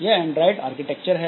यह android architecture है